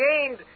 gained